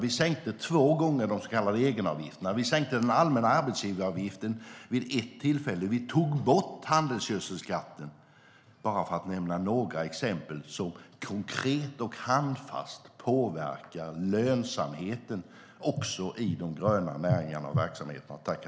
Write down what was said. Vi sänkte två gånger de så kallade egenavgifterna, vi sänkte den allmänna arbetsgivaravgiften vid ett tillfälle och vi tog bort handelsgödselskatten - bara för att nämna några exempel som konkret och handfast påverkar lönsamheten också i de gröna näringarna och verksamheterna.